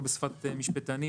לא בשפת משפטנים,